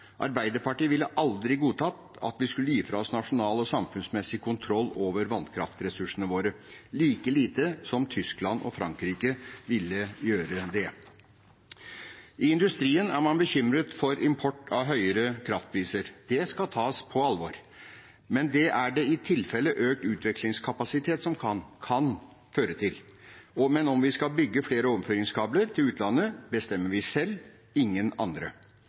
Arbeiderpartiet ville aldri godtatt at vi skulle gi fra oss nasjonal og samfunnsmessig kontroll over vannkraftressursene våre, like lite som Tyskland og Frankrike ville gjøre det. I industrien er man bekymret for import av høyere kraftpriser. Det skal tas på alvor. Men det er det i tilfelle økt utvekslingskapasitet som kan – kan – føre til. Om vi skal bygge flere overføringskabler til utlandet, bestemmer vi selv – ingen andre.